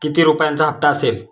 किती रुपयांचा हप्ता असेल?